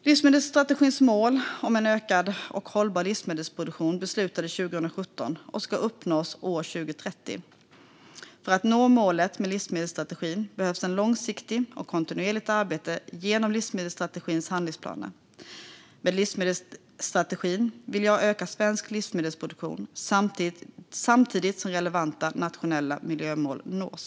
Livsmedelsstrategins mål om en ökad och hållbar livsmedelsproduktion beslutades 2017 och ska uppnås 2030. För att nå målet med livsmedelsstrategin behövs ett långsiktigt och kontinuerligt arbete genom livsmedelsstrategins handlingsplaner. Med livsmedelsstrategin vill jag öka svensk livsmedelsproduktion samtidigt som relevanta nationella miljömål nås.